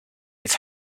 its